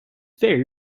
very